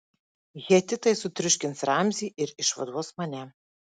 hetitai sutriuškins ramzį ir išvaduos mane